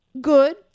good